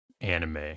anime